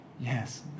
Yes